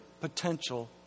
potential